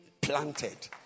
planted